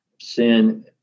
sin